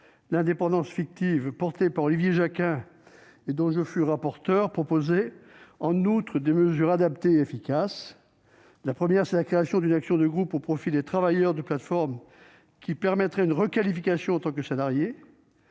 l'indépendance fictive, portée par Olivier Jacquin et dont je fus le rapporteur, prévoyait en outre des mesures adaptées et efficaces. Elle prévoyait, premièrement, la création d'une action de groupe au profit des travailleurs de plateformes, qui permettrait de les requalifier en tant que salariés